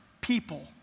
people